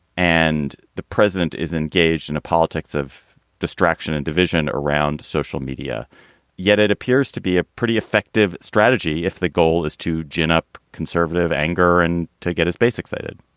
and the president is engaged in a politics of distraction and division around social media yet it appears to be a pretty effective strategy if the goal is to gin up conservative anger and to get his base excited